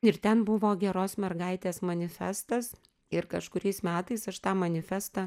ir ten buvo geros mergaitės manifestas ir kažkuriais metais aš tą manifestą